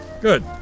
good